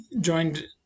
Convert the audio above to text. joined